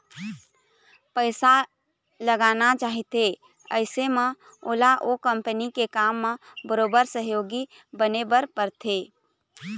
पइसा लगाना चाहथे अइसन म ओला ओ कंपनी के काम म बरोबर सहयोगी बने बर परथे